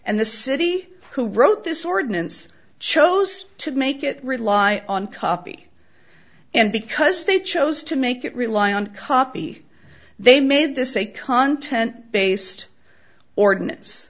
and the city who wrote this ordinance chose to make it rely on copy and because they chose to make it rely on copy they made this a content based ordinance